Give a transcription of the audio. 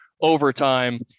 overtime